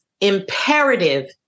imperative